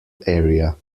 area